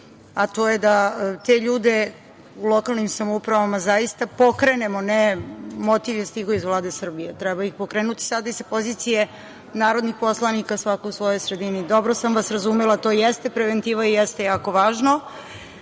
a to je da te ljude u lokalnim samoupravama zaista pokrenemo, ne, motiv je stigao iz Vlade Srbije, treba ih pokrenuti sada i sa pozicije narodnih poslanika svako u svojoj sredini. Dobro sam vas razumela, to jeste preventiva i jeste jako važno. Hvala